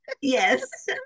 yes